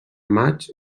maig